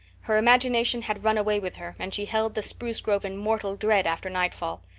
her imagination had run away with her and she held the spruce grove in mortal dread after nightfall.